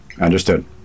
Understood